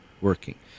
working